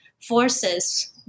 forces